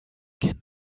ken